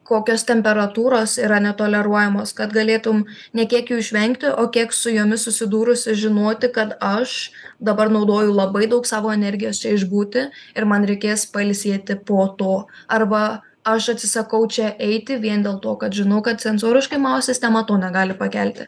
kokios temperatūros yra netoleruojamos kad galėtum ne kiek jų išvengti o kiek su jomis susidūrusi žinoti kad aš dabar naudoju labai daug savo energijos čia išbūti ir man reikės pailsėti po to arba aš atsisakau čia eiti vien dėl to kad žinau kad sensoriškai mano sistema to negali pakelti